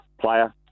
player